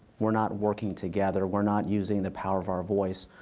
we're not working together. we're not using the power of our voice.